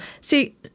see